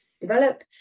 develop